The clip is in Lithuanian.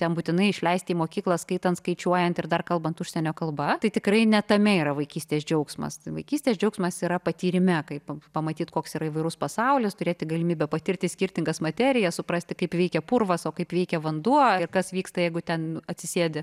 ten būtinai išleisti į mokyklą skaitant skaičiuojant ir dar kalbant užsienio kalba tai tikrai ne tame yra vaikystės džiaugsmas tai vaikystės džiaugsmas yra patyrime kaip pamatyt koks yra įvairus pasaulis turėti galimybę patirti skirtingas materijas suprasti kaip veikia purvas o kaip veikia vanduo ir kas vyksta jeigu ten atsisėdi